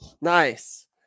Nice